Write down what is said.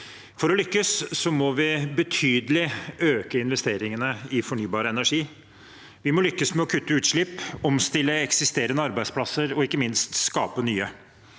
For å lykkes må vi øke investeringene betydelig i fornybar energi. Vi må lykkes med å kutte utslipp, omstille eksisterende arbeidsplasser og ikke minst skape nye.